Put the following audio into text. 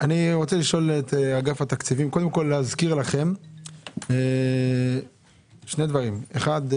אני רוצה לשאול את אגף התקציבים קודם כל להזכיר לכם שני דברים: אחד,